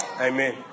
Amen